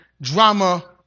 drama